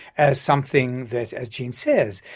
as something that as jean says,